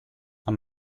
i’m